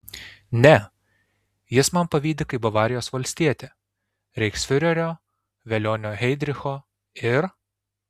ne jis man pavydi kaip bavarijos valstietė reichsfiurerio velionio heidricho ir